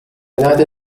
united